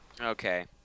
Okay